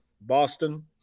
Boston